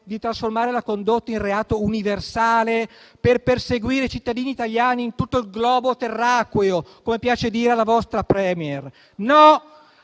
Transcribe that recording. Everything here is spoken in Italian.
di trasformare la condotta in reato universale per perseguire i cittadini italiani in tutto il globo terracqueo, come piace dire alla vostra Premier. La